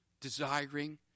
desiring